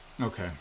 Okay